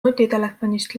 nutitelefonist